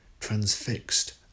transfixed